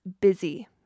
busy